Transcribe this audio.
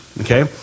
Okay